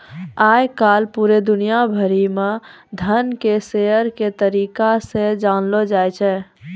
आय काल पूरे दुनिया भरि म धन के शेयर के तरीका से जानलौ जाय छै